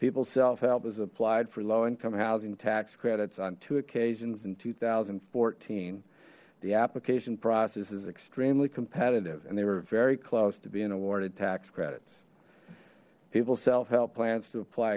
people self help is applied for low income housing tax credits on two occasions in two thousand and fourteen the application process is extremely competitive and they were very close to being awarded tax credits people self help plans to apply